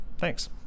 Thanks